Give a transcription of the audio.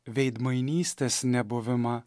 veidmainystės nebuvimą